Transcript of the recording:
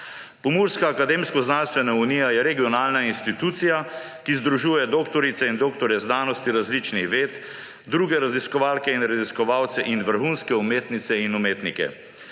Pomurska akademsko-znanstvena unija je regionalna institucija, ki združuje doktorice in doktorje znanosti različnih ved, druge raziskovalke in raziskovalce ter vrhunske umetnice in umetnike.